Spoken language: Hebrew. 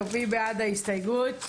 מי בעד ההסתייגויות?